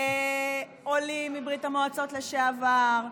עולים מברית המועצות לשעבר,